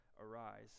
arise